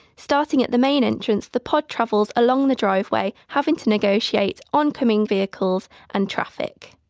starting at the main entrance the pod travels along the driveway, having to negotiate oncoming vehicles and traffic.